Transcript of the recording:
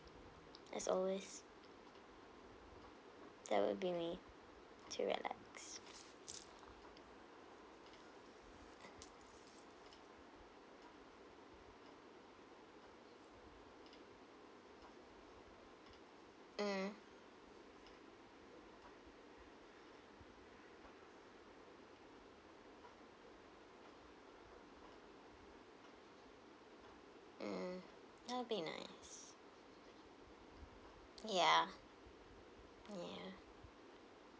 as always that will be me to relax mm mm that will be nice yeah yeah